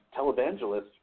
televangelists